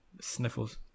Sniffles